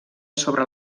sobre